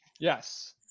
Yes